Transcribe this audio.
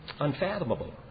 Unfathomable